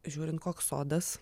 žiūrint koks sodas